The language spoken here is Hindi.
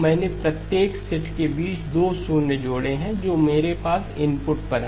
मैंने प्रत्येक सेट के बीच 2 शून्य जोड़े हैं जो मेरे पास इनपुट पर हैं